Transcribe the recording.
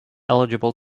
eligible